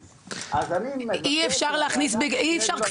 זה טיפול ממש מתעלל --- בסדר --- אי אפשר להכניס בכפייה,